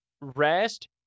rest